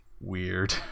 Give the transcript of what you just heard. weird